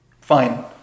Fine